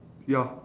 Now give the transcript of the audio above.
ya